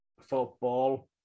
football